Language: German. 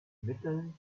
mitteln